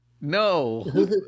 No